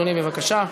אדוני, בבקשה.